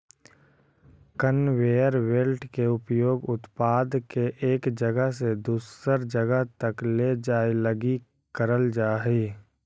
conveyor belt के उपयोग उत्पाद के एक जगह से दूसर जगह तक ले जाए लगी करल जा हई